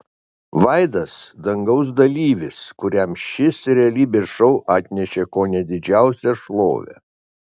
vaidas dangaus dalyvis kuriam šis realybės šou atnešė kone didžiausią šlovę